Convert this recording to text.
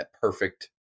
perfect